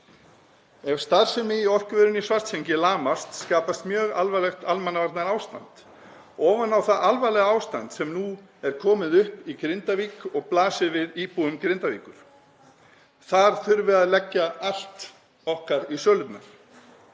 Ef starfsemi í orkuverinu í Svartsengi lamast skapast mjög alvarlegt almannavarnaástand ofan á það alvarlega ástand sem nú er komið upp í Grindavík og blasir við íbúum Grindavíkur. Þar þurfum við að leggja allt okkar í sölurnar.